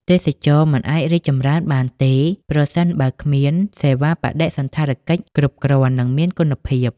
ទេសចរណ៍មិនអាចរីកចម្រើនបានទេ ប្រសិនបើគ្មានសេវាបដិសណ្ឋារកិច្ចគ្រប់គ្រាន់ និងមានគុណភាព។